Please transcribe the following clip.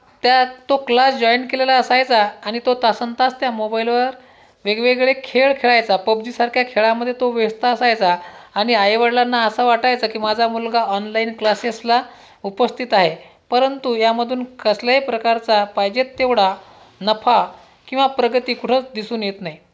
त्यात तो class join केलेला असायचा आणि तो तासनतास त्या मोबाइलवर वेगवेगळे खेळ खेळायचा पब जीसारख्या खेळांमधे तो व्यस्त असायचा आणि आईवडिलांना असं वाटायचं की माझा मुलगा ऑनलाइन क्लासेसला उपस्थित आहे परंतु यामधून कसल्याही प्रकारचा पाहिजे तेवढा नफा किंवा प्रगती कुठंच दिसून येत नाही